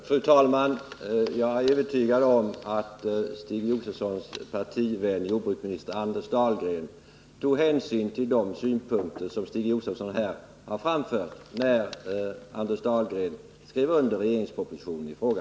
Fru talman! Jag är övertygad om att Stig Josefsons partivän jordbruksministern Anders Dahlgren tog hänsyn till de synpunkter som Stig Josefson här framfört när Anders Dahlgren skrev under regeringspropositionen i fråga.